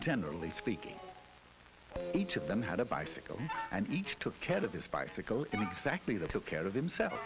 generally speaking each of them had a bicycle and each took care of this bicycle in exactly that took care of themselves